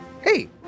Hey